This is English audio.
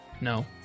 No